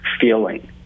feeling